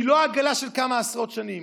היא לא עגלה של כמה עשרות שנים.